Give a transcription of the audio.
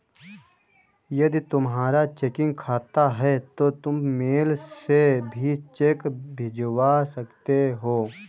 यदि तुम्हारा चेकिंग खाता है तो तुम मेल से भी चेक भिजवा सकते हो